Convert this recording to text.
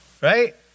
Right